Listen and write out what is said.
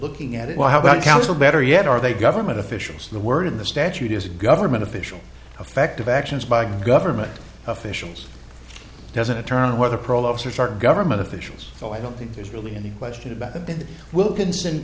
looking at it well how about council better yet are they government officials the word in the statute as a government official effect of actions by government officials doesn't turn on whether pro officers are government officials so i don't think there's really any question about the big wilkinson